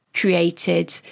created